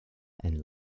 and